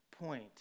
point